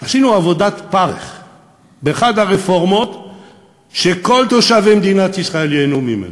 עשינו עבודת פרך באחת הרפורמות שכל תושבי מדינת ישראל ייהנו ממנה.